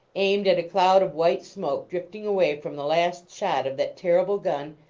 aimed at a cloud of white smoke drifting away from the last shot of that terrible gun,